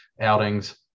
outings